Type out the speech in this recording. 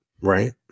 Right